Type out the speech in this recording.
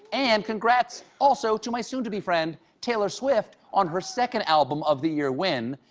and congrats also to my soon-to-be friend taylor swift on her second album of the year win.